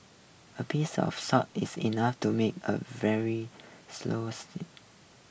a peice of salt is enough to make a very slow